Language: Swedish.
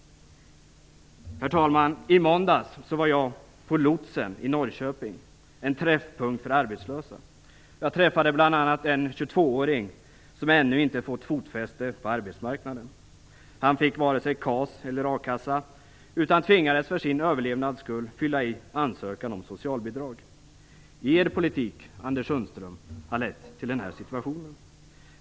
Herr talman! I måndags var jag på LOTCen i Norrköping, en träffpunkt för arbetslösa. Jag träffade bl.a. en 22-åring som ännu inte fått fotfäste på arbetsmarknaden. Han fick varken KAS eller a-kassa utan tvingades för sin överlevnads skull fylla i en ansökan om socialbidrag. Er politik, Anders Sundström, har lett till denna situation.